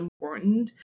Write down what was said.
important